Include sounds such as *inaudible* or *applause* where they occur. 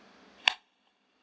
*noise*